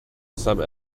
some